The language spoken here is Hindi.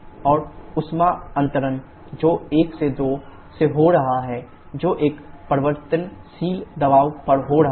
और ऊष्मा अंतरण जो 1 2 से हो रहा है जो अब परिवर्तनशील दबाव पर हो रहा है